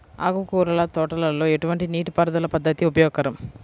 ఆకుకూరల తోటలలో ఎటువంటి నీటిపారుదల పద్దతి ఉపయోగకరం?